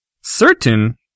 Certain